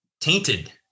tainted